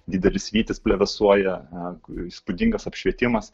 didelis vytis plevėsuoja įspūdingas apšvietimas